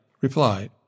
replied